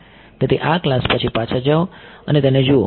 તેથી આ ક્લાસ પછી પાછા જાઓ અને તેને જુઓ